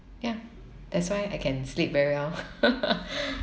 ya that's why I can sleep very well